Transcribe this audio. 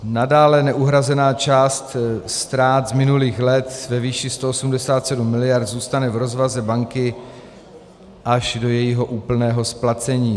Nadále neuhrazená část ztrát z minulých let ve výši 187 miliard zůstane v rozvaze banky až do jejího úplného splacení.